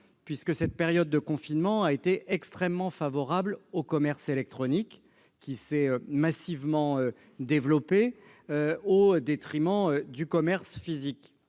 confinement. La période de confinement a été extrêmement favorable au commerce électronique, qui s'est massivement développé au détriment du commerce physique.